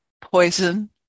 poison